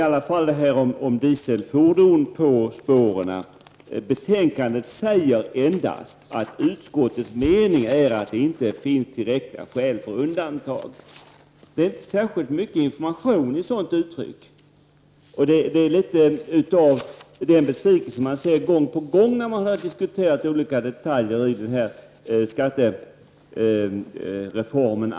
Beträffande spårburna dieselfordon säger Kjell Nordström att det enligt utskottets mening inte finns tillräckliga skäl för undantag. Men ett sådant uttalande ger inte särskilt mycket information. Man blir litet besviken. Och besvikelse upplever man gång på gång i diskussionerna om olika detaljer i fråga om skattereformen.